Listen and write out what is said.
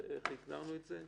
איך הגדרנו את זה?